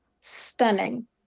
stunning